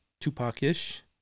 Tupac-ish